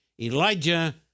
Elijah